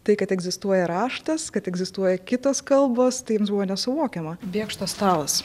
tai kad egzistuoja raštas kad egzistuoja kitos kalbos tai jiems buvo nesuvokiama bėkštos stalas